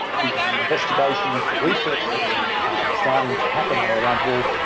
the investigations, the research that are starting to happen are around, well,